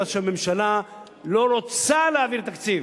אלא שהממשלה לא רוצה להעביר תקציב.